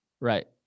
Right